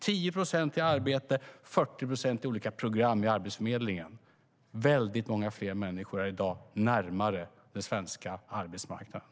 10 procent är i arbete, 40 procent är i olika program hos Arbetsförmedlingen. Väldigt många fler människor är i dag närmare den svenska arbetsmarknaden.